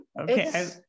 Okay